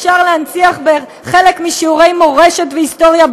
אפשר להנציח בחלק משיעורי מורשת והיסטוריה,